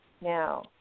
now